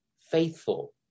faithful